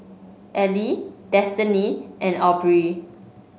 Eli Destini and Aubree